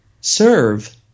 serve